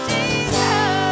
Jesus